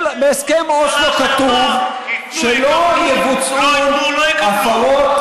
בהסכם אוסלו כתוב שלא יבוצעו הפרות,